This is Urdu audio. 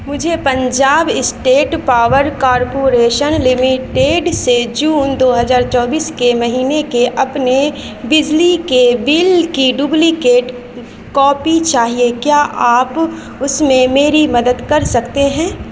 مجھے Punjab state power corporation limited سے جون دو ہزار چوبیس کے مہینے کے اپنے بجلی کے بل کی ڈبلیکیٹ کاپی چاہیے کیا آپ اس میں میری مدد کر سکتے ہیں